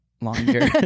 longer